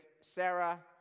Sarah